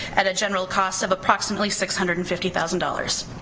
at a general cost of approximately six hundred and fifty thousand dollars.